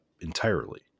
entirely